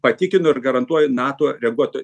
patikinu ir garantuoju nato reaguotų